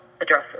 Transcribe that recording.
address